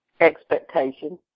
Expectation